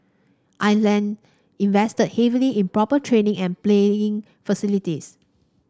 island invested heavily in proper training and playing facilities